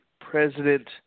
president